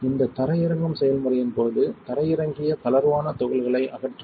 இந்த தரையிறங்கும் செயல்முறையின் போது தரையிறங்கிய தளர்வான துகள்களை அகற்றவும்